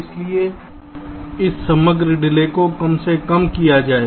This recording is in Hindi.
इसलिए इस समग्र डिले को कम से कम किया जाए